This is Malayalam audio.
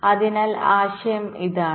അതിനാൽ ആശയം ഇതാണ്